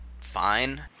fine